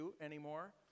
anymore